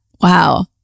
Wow